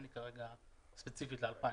כרגע אין לי ספציפית ל-2019.